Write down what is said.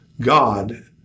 God